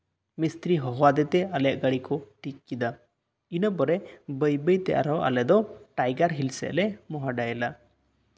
ᱢᱤᱥᱛᱨᱤᱭ ᱦᱚᱦᱚᱣᱟᱫᱮ ᱛᱮ ᱟᱞᱮᱭᱟᱜ ᱜᱟᱲᱤ ᱠᱚ ᱴᱷᱤᱠ ᱠᱮᱫᱟ ᱤᱱᱟᱹᱯᱚᱨᱮ ᱵᱟᱹᱭᱼᱵᱟᱹᱭ ᱛᱮ ᱟᱞᱮ ᱫᱚ ᱴᱟᱭᱜᱟᱨ ᱦᱤᱞ ᱥᱮᱡ ᱞᱮ ᱢᱚᱦᱰᱟᱭᱮᱱᱟ